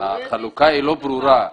החלוקה לא ברורה.